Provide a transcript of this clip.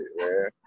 man